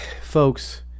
folks